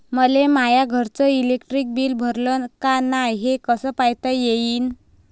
मले माया घरचं इलेक्ट्रिक बिल भरलं का नाय, हे कस पायता येईन?